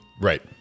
Right